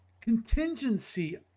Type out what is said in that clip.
contingency